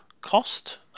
cost